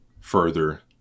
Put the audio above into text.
further